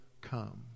come